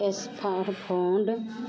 smart phone